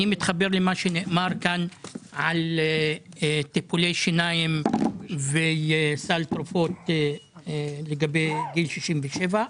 אני מתחבר למה שנאמר כאן על טיפולי שיניים וסל תרופות לגבי גיל 67,